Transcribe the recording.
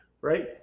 right